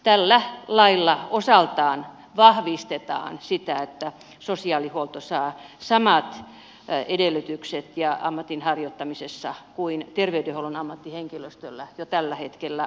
tällä lailla osaltaan vahvistetaan sitä että sosiaalihuolto saa samat edellytykset ammatin harjoittamisessa kuin terveydenhuollon ammattihenkilöstöllä jo tällä hetkellä on